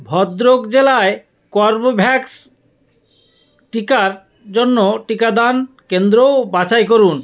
ভদ্রক জেলায় কর্বেভ্যাক্স টিকার জন্য টিকাদান কেন্দ্র বাছাই করুন